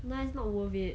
no ah it's not worth it